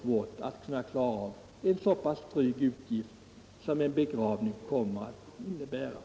Så nog finns det behov av en obligatorisk begravningsförsäkring inom ramen för lagen om den allmänna försäkringen.